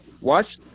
Watch